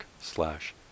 slash